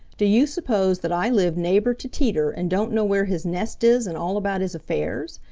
do you suppose that i live neighbor to teeter and don't know where his nest is and all about his affairs?